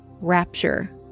Rapture